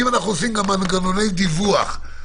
ואני רוצה שיהיה כתוב שנקבל את נימוקי ההחלטה,